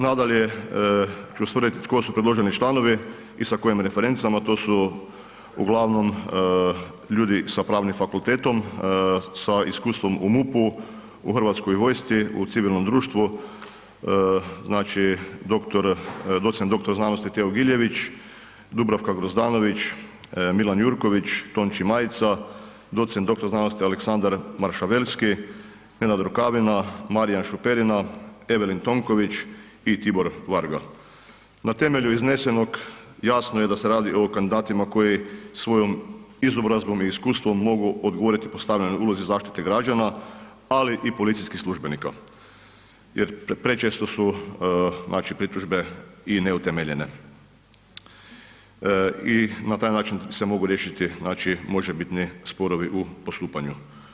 Nadalje ću ustvrditi tko su predloženi članovi i sa kojim referencama, to su uglavnom ljudi sa pravnim fakultetom, sa iskustvom u MUP-u, u Hrvatskoj vojsci, u civilnom društvu, znači doc.dr.sc. Teo Giljević, Dubravka Grozdanović, Milan Jurković, Tonči Majica, doc.dr.sc. Aleksandar Maršavelski, Nenad Rukavina, Marijan Šuperina, Evelin Tonković i Tibor Varga, na temelju iznesenog jasno je da se radi o kandidatima koji svojom izobrazbom i iskustvom mogu odgovoriti postavljenoj ulozi zaštite građana, ali i policijskih službenika jer prečesto su pritužbe i neutemeljene i na taj način se mogu riješiti možebitni sporovi u postupanju.